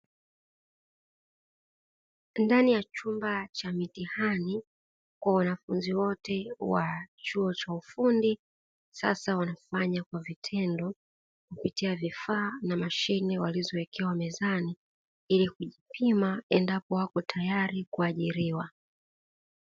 Ndani ya chumba cha mitihani kwa wanafunzi wote wa chuo cha ufundi, sasa wanafanya kwa vitendo, kupitia vifaa na mashine walizowekewa mezani, ili kujipima endapo wapo tayari kuajiriwa.